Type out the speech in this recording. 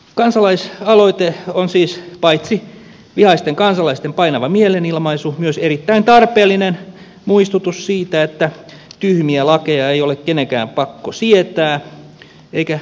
kansalaisaloite on siis paitsi vihaisten kansalaisten painava mielenilmaisu myös erittäin tarpeellinen muistutus siitä että tyhmiä lakeja ei ole kenenkään pakko sietää eikä laatia